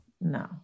no